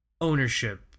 ownership